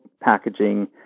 packaging